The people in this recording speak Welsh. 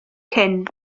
cyn